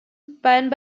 banned